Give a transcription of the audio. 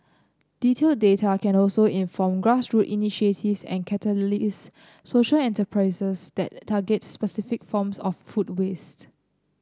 detailed data can also inform grassroots initiatives and catalyse social enterprises that target specific forms of food waste